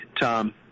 Tom